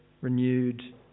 renewed